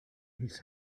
his